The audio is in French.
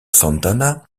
santana